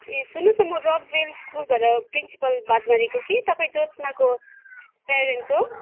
ए सुन्नुहोस् न म रकभेल स्कुलबाट प्रिन्सिपल बात मारेको कि तपाईँ ज्योत्सनाको प्यारेन्ट्स हो